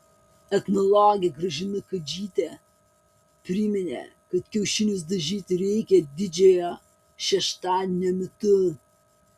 etnologė gražina kadžytė priminė kad kiaušinius dažyti reikia didžiojo šeštadienio metu